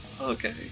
Okay